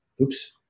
Oops